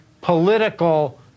political